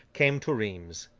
came to rheims.